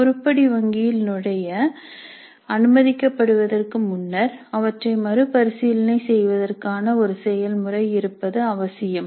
உருப்படி வங்கியில் நுழைய அனுமதிக்கப் படுவதற்கு முன்னர் அவற்றை மறு பரிசீலனை செய்வதற்கான ஒரு செயல்முறை இருப்பது அவசியம்